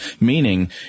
meaning